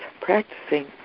practicing